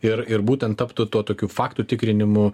ir ir būtent taptų tuo tokiu faktų tikrinimu